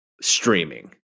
streaming